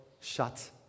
shut